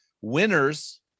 winners